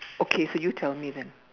okay so you tell me then